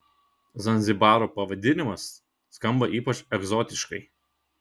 zanzibaro pavadinimas skamba ypač egzotiškai